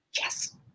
yes